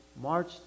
March